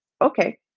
Okay